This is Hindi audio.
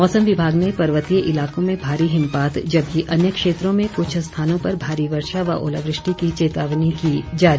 मौसम विभाग ने पर्वतीय इलाकों में भारी हिमपात जबकि अन्य क्षेत्रों में कुछ स्थानों पर भारी वर्षा व ओलावृष्टि की चेतावनी की जारी